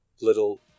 little